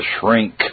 shrink